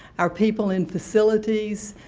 our people in facilities,